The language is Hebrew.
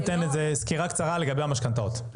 תני לנו סקירה קצרה לגבי המשכנתאות.